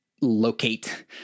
locate